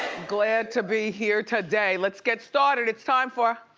glad to be here today. let's get started, it's time for